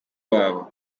wabo